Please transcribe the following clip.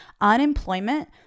unemployment